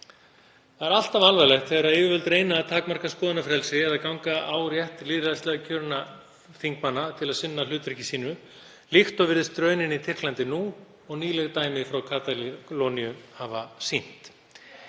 Það er alltaf alvarlegt þegar yfirvöld reyna að takmarka skoðanafrelsi eða ganga á rétt lýðræðislega kjörinna þingmanna til að sinna hlutverki sínu líkt og virðist raunin í Tyrklandi nú og nýleg dæmi frá Katalóníu hafa sýnt.